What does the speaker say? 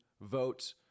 vote